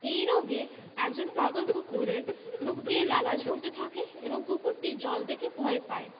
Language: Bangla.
এই রোগে একজন পাগল কুকুরের মুখ দিয়ে লালা ঝড়তে থাকে এবং কুকুরটি জল দেখে ভয় পায়